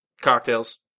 cocktails